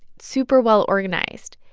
super well-organized.